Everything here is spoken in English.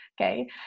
Okay